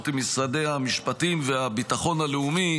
עם משרדי המשפטים והביטחון הלאומי,